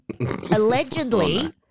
Allegedly